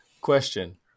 Question